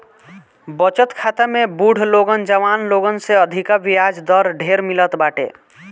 बचत खाता में बुढ़ लोगन जवान लोगन से अधिका बियाज दर ढेर मिलत बाटे